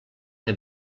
que